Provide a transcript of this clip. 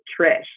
Trish